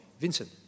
vincent